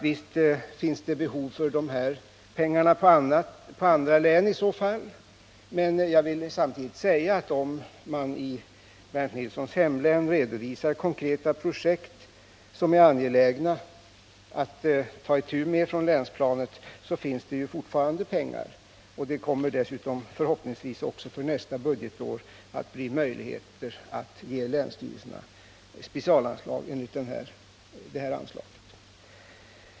Visst finns det behov av dessa pengar i andra län, men om man i Bernt Nilssons hemlän redovisar konkreta projekt som är angelägna att ta itu med på länsplanet så finns det fortfarande pengar. Det kommer dessutom förhoppningsvis nästa budgetår att finnas möjligheter att ge länsstyrelserna specialanslag enligt detta anslag.